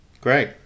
Great